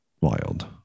Wild